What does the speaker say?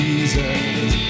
Jesus